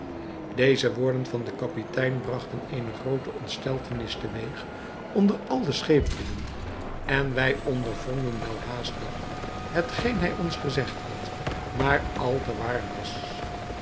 deze woorden van den kapitein bragten eene groote ontsteltenis te weeg onder al de schepelingen en wij ondervonden welhaast dat hetgeen hij ons gezegd had maar al te waar was